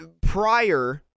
prior